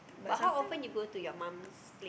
but how often you go to your mum's place